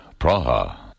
Praha